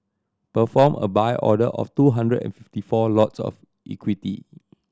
perform a buy order of two hundred and fifty four lots of equity